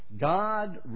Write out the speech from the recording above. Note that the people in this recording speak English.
God